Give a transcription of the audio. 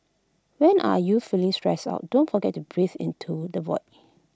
when are you feeling stressed out don't forget to breathe into the void